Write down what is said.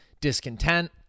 discontent